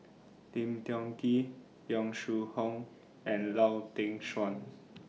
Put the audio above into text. Lim Tiong Ghee Yong Shu Hoong and Lau Teng Chuan